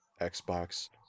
Xbox